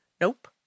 Nope